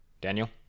Daniel